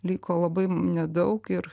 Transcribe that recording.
liko labai nedaug ir